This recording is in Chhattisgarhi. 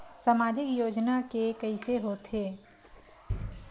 सामाजिक योजना के कइसे होथे?